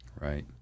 Right